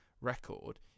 record